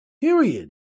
period